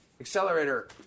Accelerator